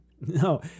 No